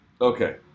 okay